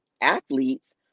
athletes